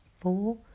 four